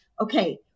okay